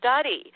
study